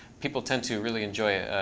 people tend to really enjoy it.